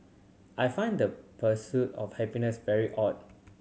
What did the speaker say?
I find the pursuit of happiness very odd